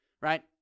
right